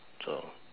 so